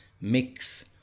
mix